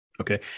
Okay